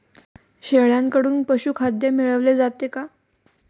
शेळ्यांकडून पशुखाद्य मिळवले जाते का?